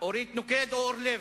אורית נוקד או אורלב.